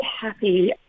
happy